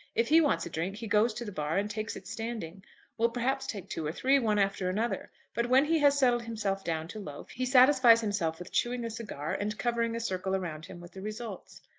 if he wants a drink he goes to the bar and takes it standing will perhaps take two or three, one after another but when he has settled himself down to loafe, he satisfies himself with chewing a cigar, and covering a circle around him with the results.